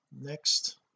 next